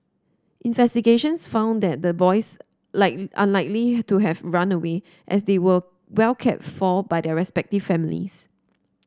investigations found that the boys like unlikely to have run away as they were well cared for by their respective families